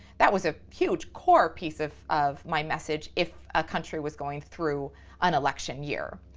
that was a huge core piece of of my message if a country was going through an election year.